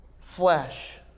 flesh